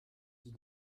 dit